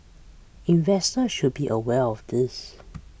investor should be aware of this